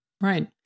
Right